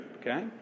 okay